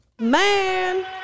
man